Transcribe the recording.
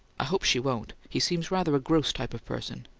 i hope she won't he seems rather a gross type of person.